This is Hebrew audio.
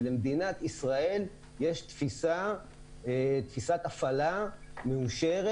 למדינת ישראל יש תפיסת הפעלה מאושרת